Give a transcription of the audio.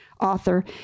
author